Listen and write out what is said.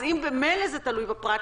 אז אם במילא זה תלוי בפרט,